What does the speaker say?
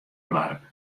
doarp